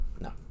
No